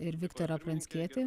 ir viktorą pranckietį